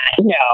no